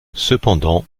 cependant